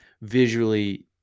visually